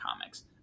comics